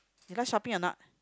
you like shopping or not